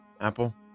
Apple